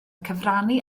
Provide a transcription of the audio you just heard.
cyfrannu